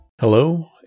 Hello